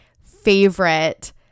favorite